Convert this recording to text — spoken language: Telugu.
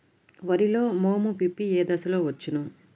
వరిలో మోము పిప్పి ఏ దశలో వచ్చును?